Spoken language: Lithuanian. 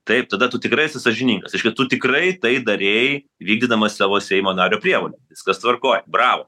taip tada tu tikrai esi sąžiningas reiškia tikrai tai darei vykdydamas savo seimo nario prievolę viskas tvarkoj bravo